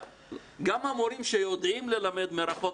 גם המורים שיודעים ללמד מרחוק,